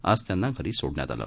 आज त्यांना धरी सोडण्यात आलं